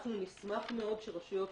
אנחנו נשמח מאוד שרשויות